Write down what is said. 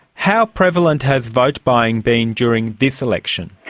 how prevalent has vote buying been during this election?